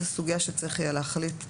זה סוגיה שצריך יהיה להחליט עליה,